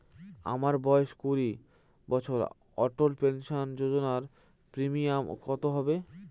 আমার বয়স কুড়ি বছর অটল পেনসন যোজনার প্রিমিয়াম কত হবে?